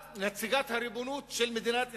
את נציגת הריבונות של מדינת ישראל,